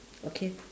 okay